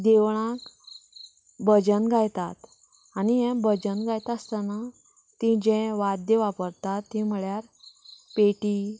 देवळाक भजन गायतात आनी हें भजन गायतासतना तीं जें वाद्य वापरता तीं म्हणल्यार पेटी